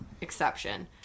exception